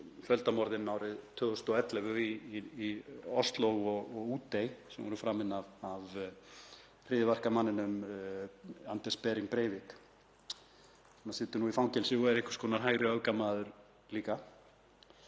fjöldamorðin árið 2011 í Ósló og Útey, sem voru framin af hryðjuverkamanninum Anders Behring Breivik sem situr nú í fangelsi og er einhvers konar hægri öfgamaður líka.